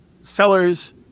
sellers